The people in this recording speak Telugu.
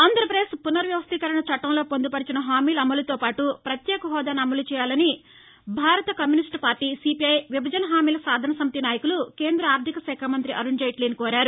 ఆంధ్రాపదేశ్ పునర్ వ్యవస్టీకరణ చట్టంలో పొందుపర్చిన హామీల అమలుతో పాటుప్రత్యేక హెూదాను అమలు చేయాలని భారత కమ్యూనిస్టు పార్టీ సీపీఐ విభజన హామీల సాధన సమితి నాయకులు కేంద్ర ఆర్టిక మంతి అరుణ్ జైట్లీని కోరారు